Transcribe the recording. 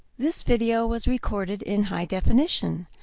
this video was recorded in high definition.